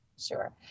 Sure